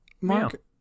Mark